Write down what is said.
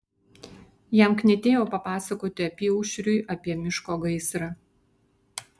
jam knietėjo papasakoti apyaušriui apie miško gaisrą